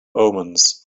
omens